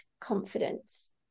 confidence